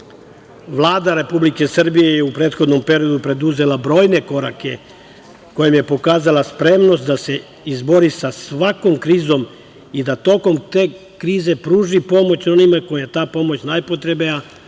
Republike Srbije je u prethodnom periodu preduzela brojne korake kojim je pokazala spremnost da se izbori sa svakom krizom i da tokom te krize pruži pomoć onima kojima je ta pomoć najpotrebnija,